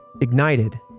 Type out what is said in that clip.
ignited